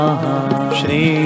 Shri